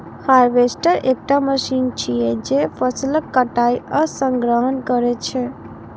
harvester एकटा machine छियै, जे फसलक कटाइ आ संग्रहण करै छै